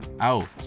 out